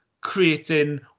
creating